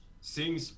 Seeing